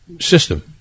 system